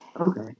Okay